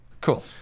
Cool